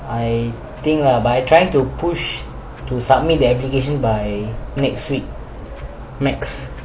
I think lah but I trying to push to submit the application by next week max